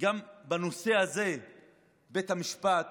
גם בנושא הזה בית המשפט